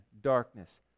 darkness